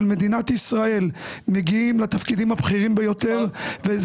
מדינת ישראל מגיעים לתפקידים הבכירים ביותר וזה